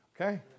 Okay